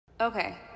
okay